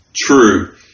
true